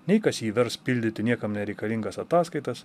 nei kas jį vers pildyti niekam nereikalingas ataskaitas